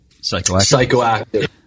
psychoactive